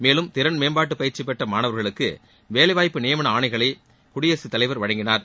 மேலும் திறன் மேம்பாட்டு பயிற்சி பெற்ற மாணவர்களுக்கு வேலை வாய்ப்பு நியமன ஆணைகளை குடியரசு தலைவர் வழங்கினார்